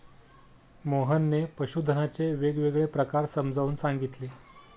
मोहनने पशुधनाचे वेगवेगळे प्रकार समजावून सांगितले